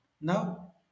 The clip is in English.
Now